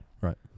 Right